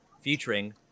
featuring